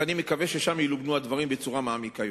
ועדיין נראה שיש ציבור שהוא זה שדורש והוא זה שמקבל יותר ממה שמגיע לו.